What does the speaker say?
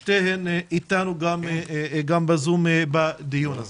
שתיהן איתנו בזום בדיון הזה.